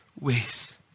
ways